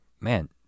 man